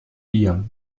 hier